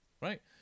Right